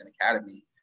Academy